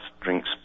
drinks